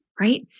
right